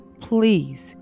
Please